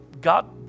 God